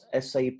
SAP